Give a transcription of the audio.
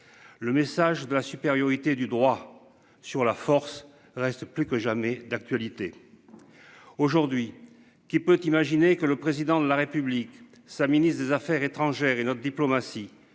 Le message de la supériorité du droit sur la force reste plus que jamais d'actualité. Aujourd'hui qui peut imaginer que le président de la République sa ministre des Affaires étrangères et notre diplomatie